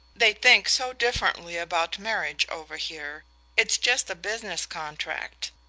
they think so differently about marriage over here it's just a business contract.